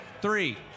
three